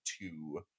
two